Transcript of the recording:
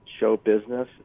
showbusiness